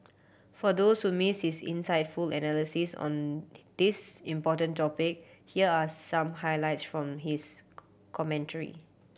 for those who miss his insightful analysis on this important topic here are some highlights from his commentary